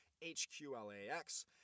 HQLAX